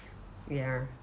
ya